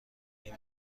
این